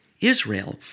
Israel